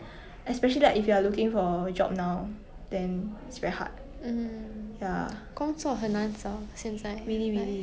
if even if you take five eight hundred every month it still doesn't compare to your three K or four K pay you know like